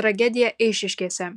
tragedija eišiškėse